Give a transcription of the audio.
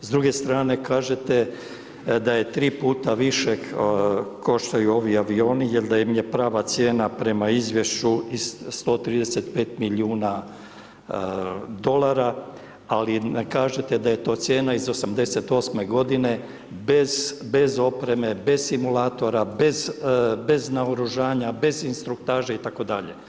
S druge strane kažete da je 3 puta više koštaju ovi avioni, jer da im je prava cijena prema izvješću 135 milijuna dolara, ali ne kažete da je to cijena iz 88. godine bez opreme, bez simulatora, bez naoružanja, bez instruktaže itd.